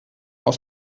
aus